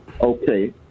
Okay